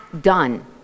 done